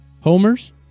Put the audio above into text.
Homers